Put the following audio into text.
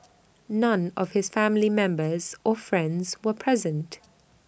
none of his family members or friends were present